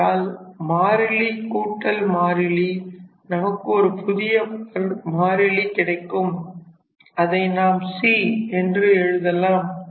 ஆகையால் மாறிலி கூட்டல் மாறிலி நமக்கு ஒரு புதிய மாறிலி கிடைக்கும் அதை நாம் c என்று எழுதலாம்